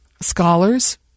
scholars